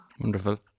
Wonderful